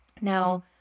Now